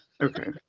Okay